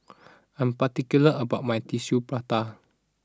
I am particular about my Tissue Prata